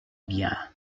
bien